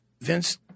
Vince